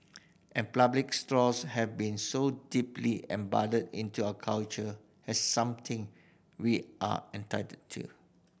and straws have been so deeply embedded into our culture as something we are entitled to